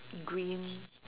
green